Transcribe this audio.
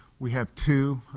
we have two